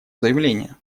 заявление